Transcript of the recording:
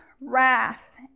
wrath